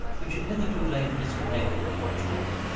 which had hitherto laid disconnectedly in a drawer.